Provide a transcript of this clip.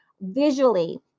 visually